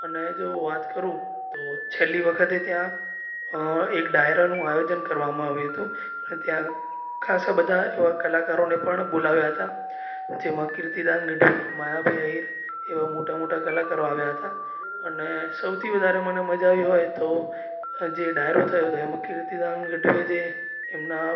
અને જો વાત કરું તો છેલ્લી વખતે ત્યાં એક ડાયરાનું આયોજન કરવામાં આવ્યું હતું અને ત્યાં ખાસા બધા એવા કલાકારોને પણ બોલાવ્યા હતા જેમાં કીર્તીદાન ગઢવી માયાભાઈ આહીર એવા મોટા મોટા કલાકારો આવ્યા હતા અને સૌથી વધારે મને મજા આવી હોય તો જે ડાયરો થયો હતો એમાં કીર્તીદાન ગઢવી એ જે એમના